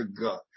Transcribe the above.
God